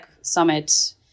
summit